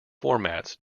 formats